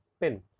PIN